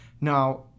now